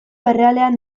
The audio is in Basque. errealean